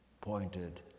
pointed